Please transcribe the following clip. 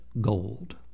gold